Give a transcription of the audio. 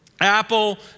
Apple